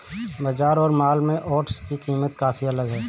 बाजार और मॉल में ओट्स की कीमत काफी अलग है